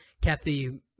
Kathy